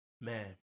man